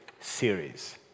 series